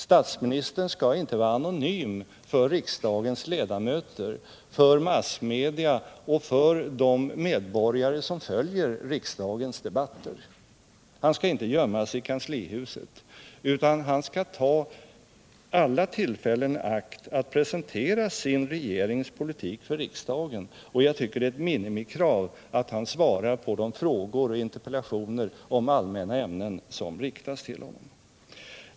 Statsministern skall inte vara anonym för riksdagens ledamöter, för massmedia och för de medborgare som följer riksdagens debatter. Han skall inte gömma sig i kanslihuset, utan han skall ta alla tillfällen i akt att presentera sin regerings politik för riksdagen. Jag tycker det är ett minimikrav att han svarar på de frågor och interpellationer i allmänna ämnen som riktas till honom.